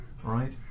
Right